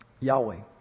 Yahweh